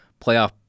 playoff